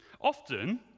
Often